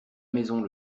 maison